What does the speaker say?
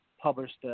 published